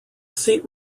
seat